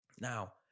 Now